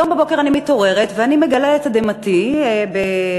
הבוקר אני מתעוררת ואני מגלה לתדהמתי ב"דה-מרקר",